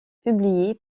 publier